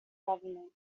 government